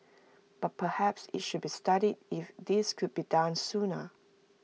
but perhaps IT should be studied if this could be done sooner